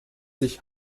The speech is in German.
sich